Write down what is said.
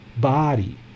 body